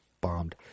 bombed